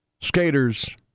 skaters